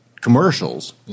commercials